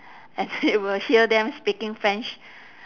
and I will hear them speaking french